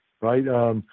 right